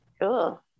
Cool